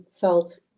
felt